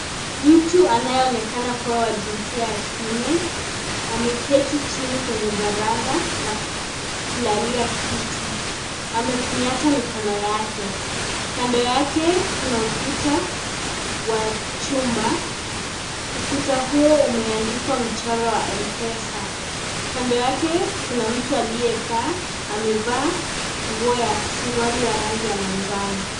Mtu anaye onekana kuwa wa jinsia ya kiume, ameketi chini kwenye varanda na kulalia kiti. Amekunyata mikono yake. Kando yake Kuna ukuta wa chumba, ukuta huo umeandikwa mchoro wa Mpesa. Kando yake Kuna mtu aliyekaa, amevaa nguo ya, suruali ya rangi ya manjano.